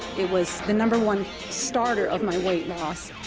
it was the number one starter of my weight loss.